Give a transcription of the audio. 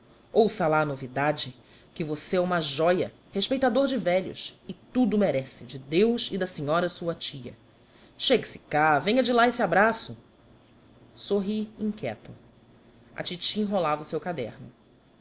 ouça lá a novidade que você é uma jóia respeitador de velhos e tudo merece de deus e da senhora sua tia chegue-se cá venha de lá esse abraço sorri inquieto a titi enrolava o seu caderno